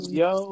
yo